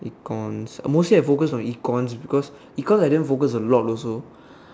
econs mostly I focus on econs it's because econs I didn't focus a lot also